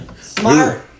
Smart